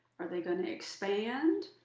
are they going to expand,